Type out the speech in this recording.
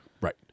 Right